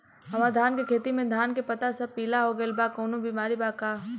हमर धान के खेती में धान के पता सब पीला हो गेल बा कवनों बिमारी बा का?